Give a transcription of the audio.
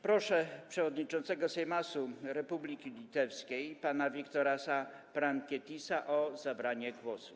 Proszę przewodniczącego Seimasu Republiki Litewskiej pana Viktorasa Pranckietisa o zabranie głosu.